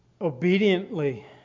obediently